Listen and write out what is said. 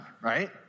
right